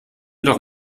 doch